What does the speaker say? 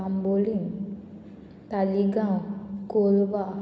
Bambolim Taleigao Colva